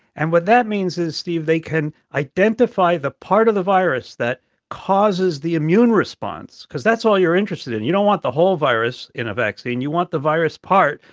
and what that means is, steve, they can identify the part of the virus that causes the immune response because that's all you're interested in. you don't want the whole virus in a vaccine. you want the virus part.